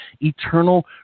eternal